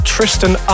Tristan